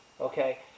okay